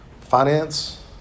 finance